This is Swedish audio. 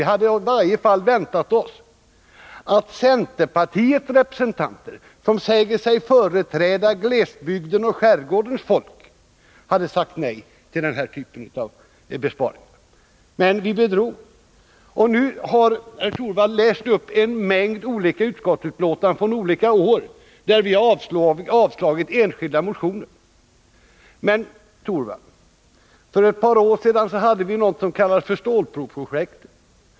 I varje fall hade vi väntat oss att centerpartiets representanter, som säger sig företräda glesbygdens och skärgårdens folk, skulle säga nej till den här typen av besparingar. Vi bedrog oss emellertid, och nu har herr Torwald läst upp en mängd olika utskottsbetänkanden från olika år, där vi 13 avstyrkt enskilda motioner. Men, herr Torwald, för ett par år sedan hade vi något som kallades stålbroprojektet.